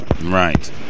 right